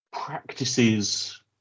practices